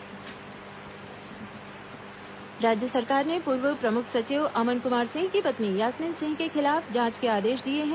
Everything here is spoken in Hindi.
यास्मीन सिंह जांच राज्य सरकार ने पूर्व प्रमुख सचिव अमन कुमार सिंह की पत्नी यास्मीन सिंह के खिलाफ जांच के आदेश दिए हैं